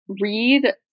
read